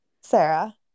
sarah